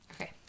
Okay